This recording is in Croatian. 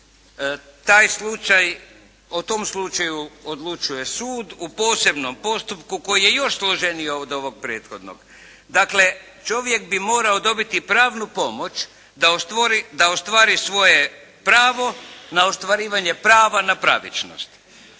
Taj slučaj, o tom slučaju odlučuje sud u posebnom postupku koji je još složeniji od ovog prethodnog. Dakle čovjek bi morao dobiti pravnu pomoć da ostvari svoje pravo na ostvarivanje prava na pravičnosti.